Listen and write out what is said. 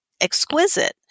exquisite